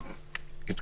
חוק.